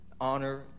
honor